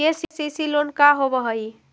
KCC loan का होब हइ?